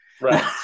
Right